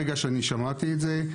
כששמעתי את זה,